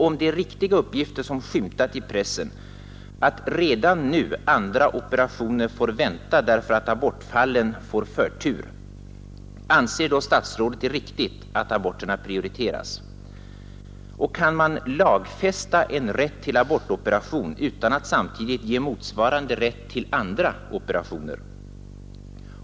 Om de uppgifter är riktiga som skymtat i pressen — att redan nu andra operationer får vänta, därför att abortfallen får förtur — anser då statsrådet det riktigt att aborter prioriteras? Kan man lagfästa en rätt till abortoperation utan att samtidigt ge motsvarande rätt till andra operationer?